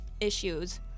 issues